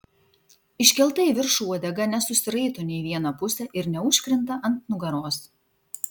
iškelta į viršų uodega nesusiraito nė į vieną pusę ir neužkrinta ant nugaros